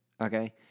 okay